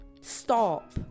stop